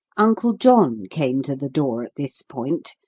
uncle john came to the door at this point,